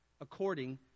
according